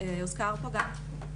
הוזכר פה גם.